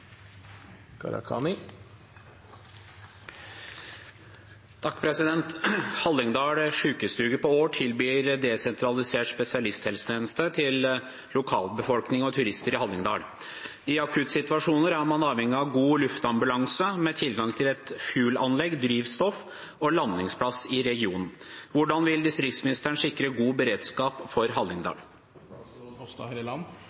turister i Hallingdal. I akuttsituasjoner er man avhengig av en god luftambulansebase med tilgang til drivstoffanlegg og landingsplass i regionen. Hvordan vil statsråden sikre god beredskap for